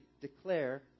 declare